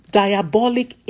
diabolic